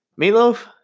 Meatloaf